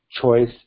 choice